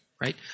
right